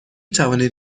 توانید